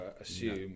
assume